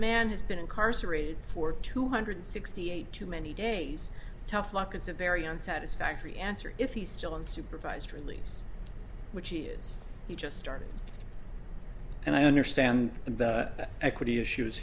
man has been incarcerated for two hundred sixty eight too many days tough luck is a very unsatisfactory answer if he's still in supervised release which he is he just started and i understand the equity issues